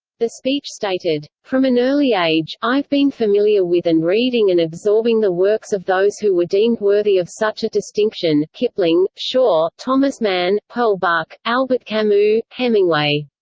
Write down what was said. the speech stated from an early age, i've been familiar with and reading and absorbing the works of those who were deemed worthy of such a distinction kipling, shaw, thomas mann, pearl buck, albert camus, hemingway.